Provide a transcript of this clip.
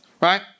right